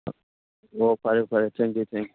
ꯑꯣ ꯐꯔꯦ ꯐꯔꯦ ꯊꯦꯡꯀꯤꯎ ꯊꯦꯡꯀꯤꯎ